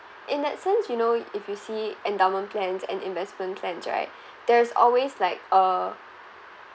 in that sense you know if you see endowment plans and investment plans right there's always like a